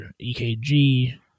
EKG